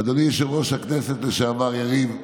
אדוני יושב-ראש הכנסת לשעבר יריב,